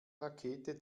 rakete